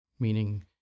meaning